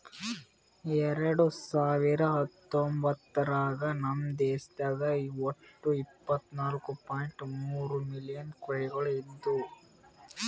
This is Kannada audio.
ಎರಡು ಸಾವಿರ ಹತ್ತೊಂಬತ್ತರಾಗ ನಮ್ ದೇಶದಾಗ್ ಒಟ್ಟ ಇಪ್ಪತ್ನಾಲು ಪಾಯಿಂಟ್ ಮೂರ್ ಮಿಲಿಯನ್ ಕುರಿಗೊಳ್ ಇದ್ದು